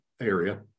area